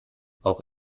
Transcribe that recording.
auch